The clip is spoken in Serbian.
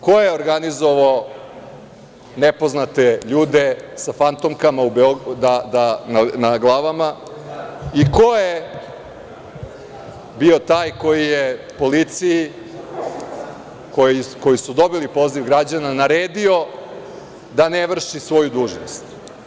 Ko je organizovao nepoznate ljude sa fantomkama na glavama i ko je bio taj koji je policiji, koji su dobili poziv građana naredio da ne vrši svoju dužnost?